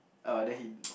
oh then he